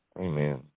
Amen